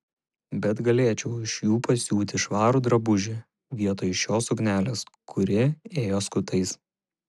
bet galėčiau iš jų pasisiūti švarų drabužį vietoj šios suknelės kuri ėjo skutais